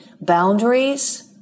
boundaries